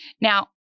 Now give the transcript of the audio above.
Now